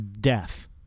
death